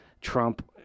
Trump